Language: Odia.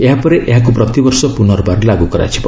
ଏହାପରେ ଏହାକୁ ପ୍ରତିବର୍ଷ ପୁନର୍ବାର ଲାଗୁ କରାଯିବ